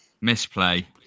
Misplay